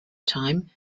time